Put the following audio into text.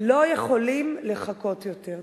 לא יכולים לחכות יותר.